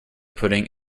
pudding